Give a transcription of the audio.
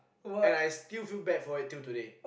and I still feel bad for it till today